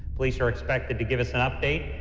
police are expected to give us an update.